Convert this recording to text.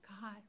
God